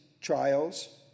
trials